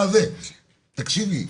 תקשיבי,